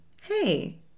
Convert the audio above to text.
Hey